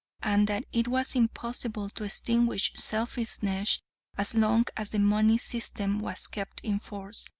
and that it was impossible to extinguish selfishness as long as the money system was kept in force,